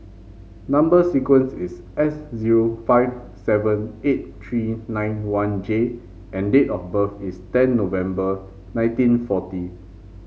number sequence is S zero five seven eight three nine one J and date of birth is ten November nineteen forty